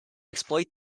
exploit